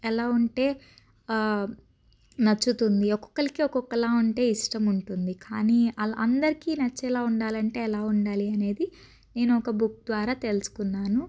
ఎలా ఉంటే నచ్చుతుంది ఒకొక్కళ్ళకి ఒకొక్కలా ఉంటే ఇష్టం ఉంటుంది కాని అలా అందరికి నచ్చేలా ఉండాలి అంటే ఎలా ఉండాలి అనేది నేను ఒక బుక్ ద్వారా తెలుసుకున్నాను